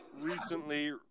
recently